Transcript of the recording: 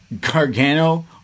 Gargano